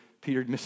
Peter